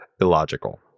illogical